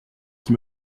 qui